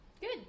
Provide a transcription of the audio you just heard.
Good